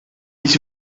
ich